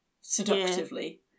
seductively